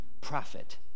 prophet